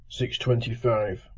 625